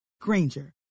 granger